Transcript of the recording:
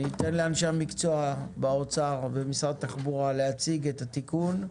אני אתן לאנשי המקצוע במשרד האוצר ובמשרד התחבורה להציג את התיקון.